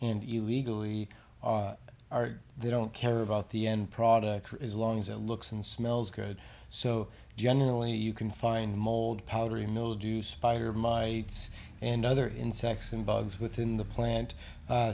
you legally are they don't care about the end product as long as it looks and smells good so generally you can find mold powdery mildew spider mites and other insects and bugs within the plant